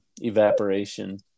evaporation